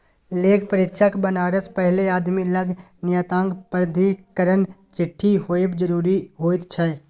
लेखा परीक्षक बनबासँ पहिने आदमी लग नियामक प्राधिकरणक चिट्ठी होएब जरूरी होइत छै